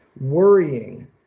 worrying